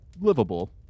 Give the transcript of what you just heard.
livable